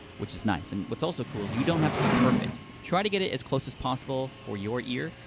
which is nice. and what's also cool, is you don't have to be perfect. try to get it as close as possible for your ear,